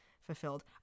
fulfilled